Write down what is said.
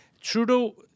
trudeau